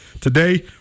today